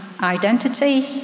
identity